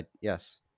yes